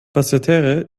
basseterre